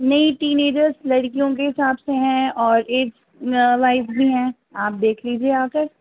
نہیں teenagers لڑکیوں کے حساب سے ہیں اور ایج وائز بھی ہیں آپ دیکھ لیجیے آ کر